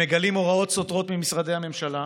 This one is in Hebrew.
הם מגלים הוראות סותרות ממשרדי הממשלה: